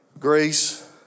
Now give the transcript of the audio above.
Grace